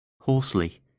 Hoarsely